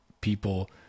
people